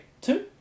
two